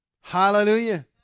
Hallelujah